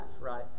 right